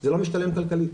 זה לא משתלם כלכלית.